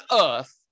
earth